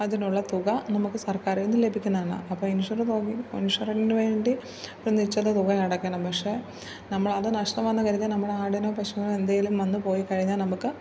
അതിനുള്ള തുക നമക്ക് സർക്കാരിൽനിന്ന് ലഭിക്കുന്നതാണ് അപ്പോൾ ഇൻഷുർ തുക ഇൻഷുറിന് വേണ്ടി ഒരു നിശ്ചിതതുക അടയ്ക്കണം പക്ഷേ നമ്മൾ അത് നഷ്ടമാണെന്ന് കരുതി നമ്മൾ ആടിനോ പശുവിനോ എന്തെങ്കിലും വന്നു പോയിക്കഴിഞ്ഞാൽ നമുക്ക്